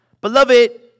Beloved